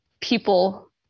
people